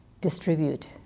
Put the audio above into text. distribute